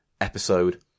episode